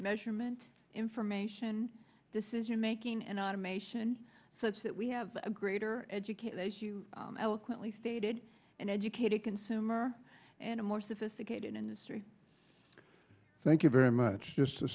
measurement information decision making and automation so it's that we have a greater educated eloquently stated an educated consumer and a more sophisticated industry thank you very much just to